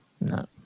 No